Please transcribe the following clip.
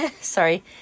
sorry